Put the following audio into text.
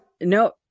no